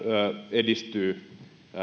edistyy